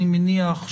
אני מניח,